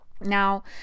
Now